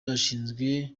ashinzwe